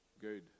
good